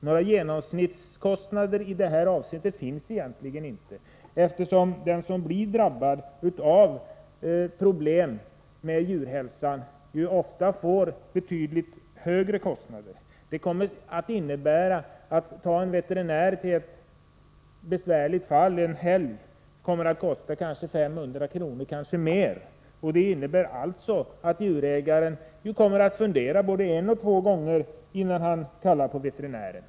Några genomsnittskostnader finns egentligen inte i det här avseendet, och den som drabbas av problem med djurhälsan får ofta betydligt högre kostnader än som anges. Att anlita en veterinär i ett besvärligt fall en helg kommer att kosta kanske 500 kr. eller mera. Det medför att djurägaren kommer att fundera både en och två gånger innan han kallar på veterinären.